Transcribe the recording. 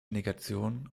negation